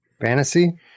Fantasy